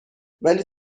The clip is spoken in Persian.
ولی